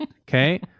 okay